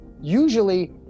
usually